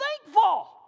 thankful